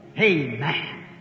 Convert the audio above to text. Amen